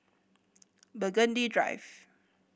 Burgundy Drive